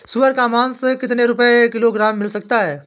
सुअर का मांस कितनी रुपय किलोग्राम मिल सकता है?